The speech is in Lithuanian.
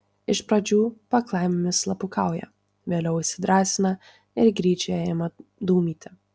iš pradžių paklaimėmis slapukauja vėliau įsidrąsina ir gryčioje ima dūmyti